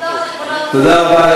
תודה רבה,